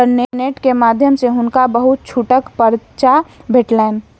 internet के माध्यम सॅ हुनका बहुत छूटक पर्चा भेटलैन